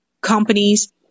companies